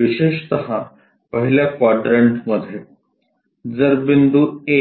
विशेषत पहिल्या क्वाड्रंट मध्ये जर बिंदू A